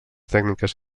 tècniques